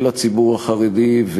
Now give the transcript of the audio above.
אל הציבור החרדי.